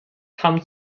kam